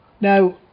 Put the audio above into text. Now